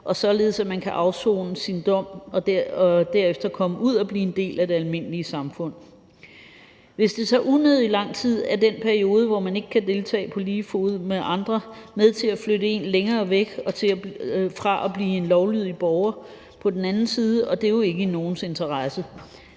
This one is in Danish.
om. Så kan man afsone sin dom og derefter komme ud og blive en del af det almindelige samfund. Hvis det tager unødig lang tid, er den periode, hvor man ikke kan deltage på lige fod med andre, med til at flytte en længere væk fra at blive en lovlydig borger på den anden side, og det er jo ikke i nogens interesse.